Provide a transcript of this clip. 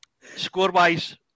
score-wise